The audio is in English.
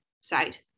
side